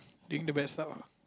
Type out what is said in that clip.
doing the best